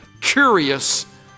curious